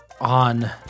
on